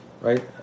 right